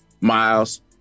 Miles